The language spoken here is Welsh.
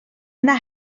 yna